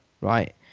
right